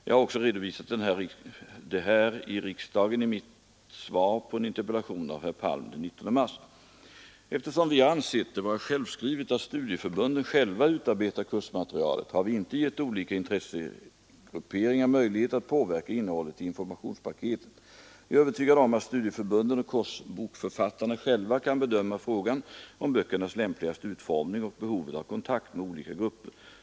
Jag har också redovisat den här i riksdagen i mitt svar på en interpellation av herr Palm den 19 mars. Eftersom vi har ansett det vara självskrivet att studieförbunden själva utarbetar kursmaterialet har vi inte gett olika intressegrupperingar möjlighet att påverka innehållet i informationspaketet. Jag är övertygad om att studieförbunden och kursboksförfattarna själva kan bedöma frågan om böckernas lämpligaste utformning och behovet av kontakt med olika grupper.